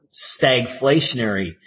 stagflationary